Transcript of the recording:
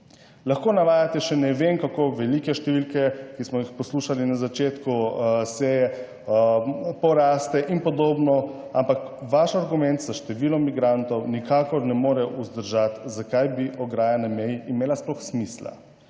Lahko navajate še ne vem kako velike številke, ki smo jih poslušali na začetku seje, poraste in podobno, ampak vaš argument za število migrantov nikakor ne more vzdržati, zakaj bi ograja na meji imela sploh smisel.